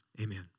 Amen